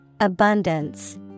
Abundance